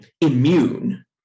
immune